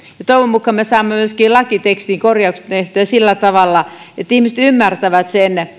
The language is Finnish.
toivon mukaan me saamme myöskin lakitekstiin korjaukset tehtyä sillä tavalla että ihmiset ymmärtävät sen